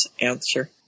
answer